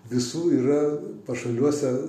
visų yra pašaliuose